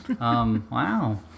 Wow